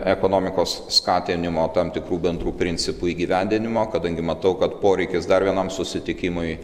ekonomikos skatinimo tam tikrų bendrų principų įgyvendinimo kadangi matau kad poreikis dar vienam susitikimui